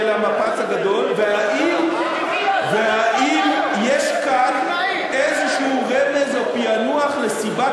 המפץ הגדול והאם יש כאן איזשהו רמז או פענוח של סיבת